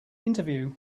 interview